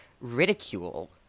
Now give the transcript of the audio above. ridicule